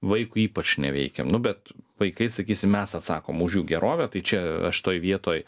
vaikui ypač neveikia nu bet vaikai sakysim mes atsakom už jų gerovę tai čia aš toj vietoj